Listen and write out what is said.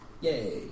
Yay